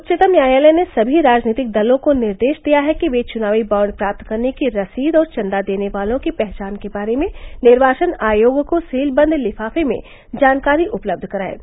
उच्चतम न्यायालय ने सभी राजनीतिक दलों को निर्देश दिया है कि वे चुनावी बाँड प्राप्त करने की रसीद और चंदा देने वालों की पहचान के बारे में निर्वाचन आयोग को सीलबंद लिफाफे में जानकारी उपलब्ध कराएं